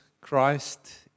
Christ